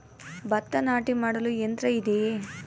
ಭತ್ತ ನಾಟಿ ಮಾಡಲು ಯಂತ್ರ ಇದೆಯೇ?